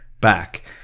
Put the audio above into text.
back